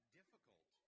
difficult